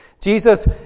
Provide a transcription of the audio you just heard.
Jesus